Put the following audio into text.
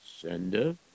sender